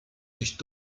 nicht